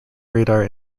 radar